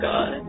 God